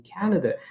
Canada